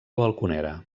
balconera